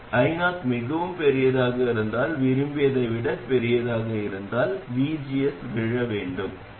இந்த io என்றால் என்ன MOS டிரான்சிஸ்டர் அதன் கேட் வடிகால் மற்றும் மூல முனையங்களுடன் உள்ளது